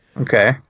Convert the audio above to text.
Okay